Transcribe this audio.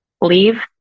leave